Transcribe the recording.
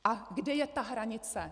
A kde je ta hranice?